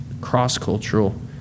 cross-cultural